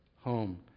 home